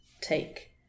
take